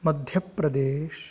मध्यप्रदेशः